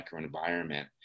microenvironment